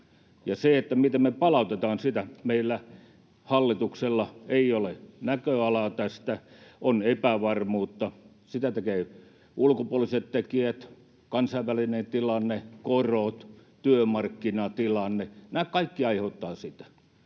ja siitä, miten me palautetaan sitä, meillä, hallituksella, ei ole näköalaa tästä. On epävarmuutta, ja sitä tekevät ulkopuoliset tekijät, kansainvälinen tilanne, korot, työmarkkinatilanne, nämä kaikki aiheuttavat sitä.